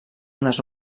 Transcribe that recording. unes